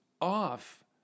off